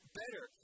better